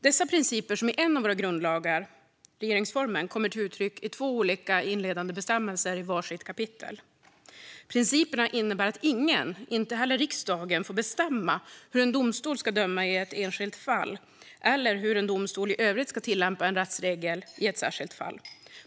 Dessa principer kommer till uttryck i en av våra grundlagar - regeringsformen - i två olika inledande bestämmelser i var sitt kapitel. Principerna innebär att ingen, inte heller riksdagen, får bestämma hur en domstol ska döma i ett enskilt fall eller hur en domstol i övrigt ska tillämpa en rättsregel i ett särskilt fall.